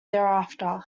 thereafter